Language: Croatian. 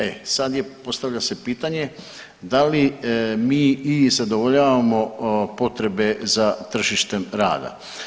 E sad postavlja se pitanje da li mi zadovoljavamo potrebe za tržištem rada.